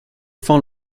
phone